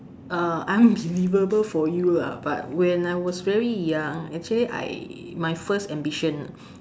uh unbelievable for you lah but when I was very young actually I my first ambition